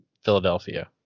Philadelphia